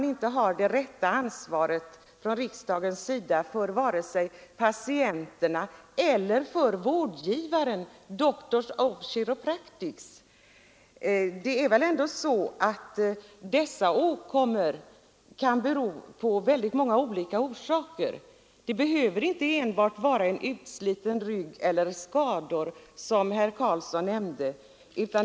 Då visar man inte det rätta ansvaret från riksdagens sida för vare sig patienterna eller vårdgivarna, Doctors of Chiropractic. De åkommor det här är fråga om kan ju ha väldigt många orsaker. Det behöver inte enbart vara en utsliten rygg eller skador, som herr Carlsson nämnde.